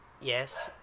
Yes